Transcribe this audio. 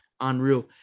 unreal